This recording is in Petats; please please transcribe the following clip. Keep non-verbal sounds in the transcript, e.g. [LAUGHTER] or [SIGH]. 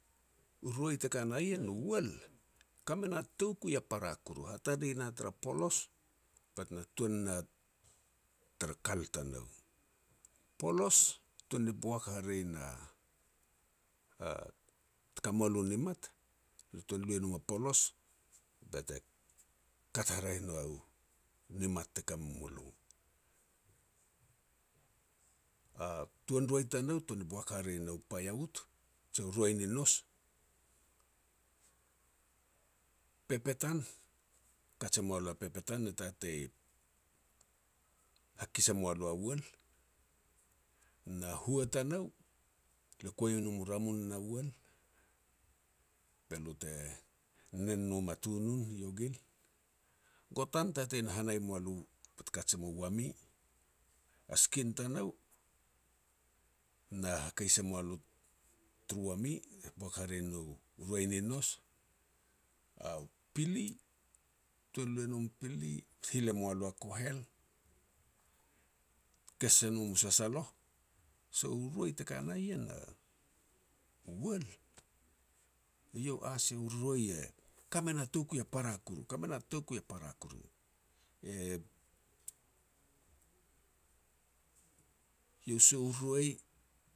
U roi te ka na ien u uel, kame na toukui a para koru, hatane na tara polos bet na tuan na tara kal tanou. Polos tuan ni boak hare na-a te ka me moa lo ni mat, le tuan lu e nom a polos, bete kat haraeh nou nimat te ka me mulo. A tuan roi tanou tuan ni boak hare no paia wut, jiu roi ni nous, pepetan kat e moa lo a pepetan e tatei hakis e moa lo a uel, na hua tanou, le kua e nom u ramun na uel be lo te nen nom a tunun i yogil, gotan tatei na hanei mulo, bete kaj e mu wami, a sikin tanou na hakei se moa lo turu wami, boak hare no roi ni nous, a pili tuan lu e nom pili, hil e moa lo a kohel, kes e nom u sasaloh. So [HESITATION] roi te ka na ien, [HESITATION] u uel eiau u sia u roi te ka me na tou kui a para koru, ka me na tou kui a para koru. [HESITATION] Iau sia u roi